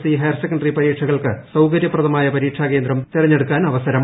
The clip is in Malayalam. സി ഹയർസെക്കൻ്ററി പരീക്ഷകൾക്ക് സൌകര്യപ്രദമായ പരീക്ഷാകേന്ദ്രം തെരഞ്ഞെടുക്കാനവസരം